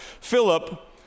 Philip